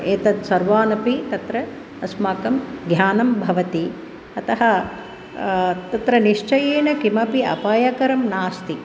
एतद् सर्वान् अपि तत्र अस्माकं ज्ञानं भवति अतः तत्र निश्चयेन किमपि अपायकरं नास्ति